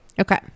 Okay